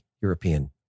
European